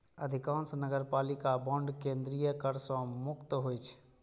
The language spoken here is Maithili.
अधिकांश नगरपालिका बांड केंद्रीय कर सं मुक्त होइ छै